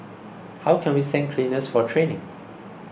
how can we send cleaners for training